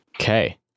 okay